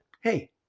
Hey